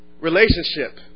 Relationship